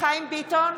חיים ביטון,